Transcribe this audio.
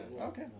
okay